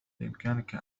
بإمكانك